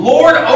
Lord